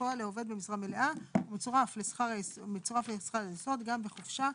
בפועל לעובד במשרה מלאה; מצורף לשכר היסוד גם בחופשה,